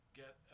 get